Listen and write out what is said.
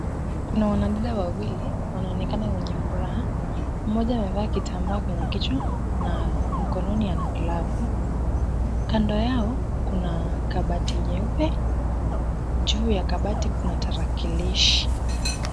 Kuna wanadada wawili wanaonekana wenye furaha, mmoja amevaa kitambaa kwenye kichwa na mkononi ana glavu .kando yao kuna kabati nyeupe. Juu ya kabati kuna tarakilishi.